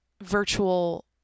virtual